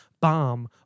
bomb